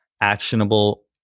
actionable